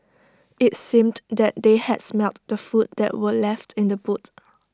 IT seemed that they had smelt the food that were left in the boot